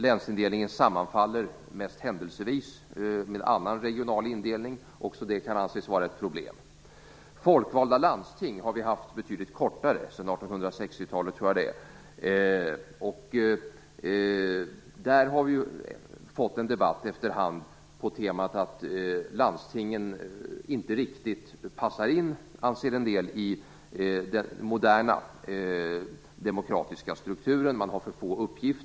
Länsindelningen sammanfaller mest händelsevis med annan regional indelning. Också det kan anses vara ett problem. Folkvalda landsting har vi haft betydligt kortare tid - sedan 1860-talet, tror jag. Vi har efter hand fått en debatt på temat att landstingen inte riktigt passar in i den moderna demokratiska strukturen.